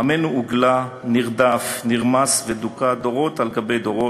עמנו הוגלה, נרדף, נרמס ודוכא דורות על גבי דורות.